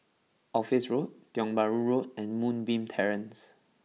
Office Road Tiong Bahru Road and Moonbeam Terrace